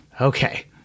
Okay